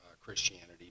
christianity